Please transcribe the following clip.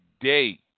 day